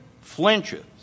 flinches